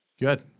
Good